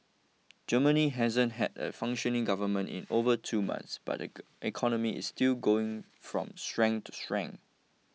Germany hasn't had a functioning government in over two months but the economy is still going from strength to strength